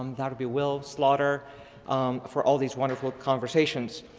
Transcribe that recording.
um that would be will slauter for all these wonderful conversations.